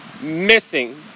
missing